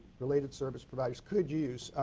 related service providers, could use.